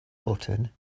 button